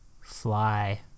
fly